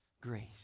grace